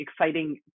exciting